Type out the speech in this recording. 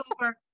over